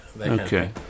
Okay